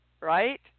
right